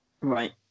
Right